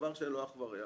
דבר שאין לו אח ורע,